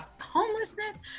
homelessness